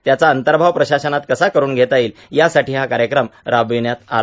त्याचा अंतर्भाव प्रशासनात कसा करून घेता येईल यासाठी हा कार्यक्रम राबविण्यात आला